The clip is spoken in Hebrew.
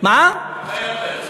הרבה יותר.